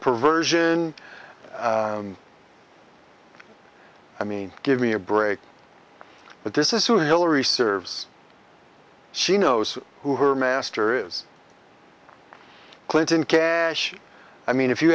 perversion i mean give me a break but this is who hillary serves she knows who her master is clinton cash i mean if you